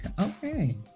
Okay